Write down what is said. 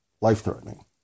life-threatening